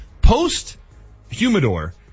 Post-Humidor